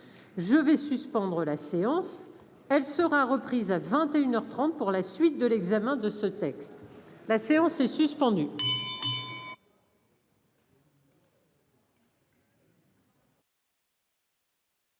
je vais suspendre la séance, elle sera reprise à 21 heures 30 pour la suite de l'examen de ce texte, la séance est suspendue.